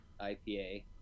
IPA